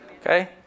Okay